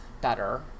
better